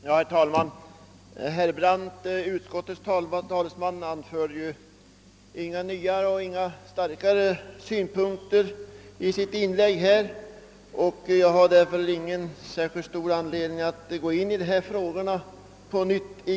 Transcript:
Herr talman! Utskottets talesman, herr Brandt, anförde inga nya och mera vägande synpunkter i sitt inlägg här, och jag har därför inte särskilt stor anledning att ta upp diskussionen på nytt.